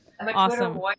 Awesome